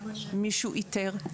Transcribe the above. מישהו איתר,